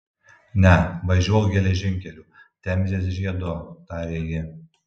ne važiuok geležinkeliu temzės žiedu tarė ji